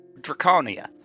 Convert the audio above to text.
Draconia